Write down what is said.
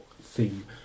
theme